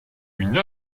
une